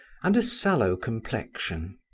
and a sallow complexion.